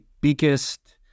biggest